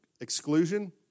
exclusion